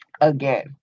again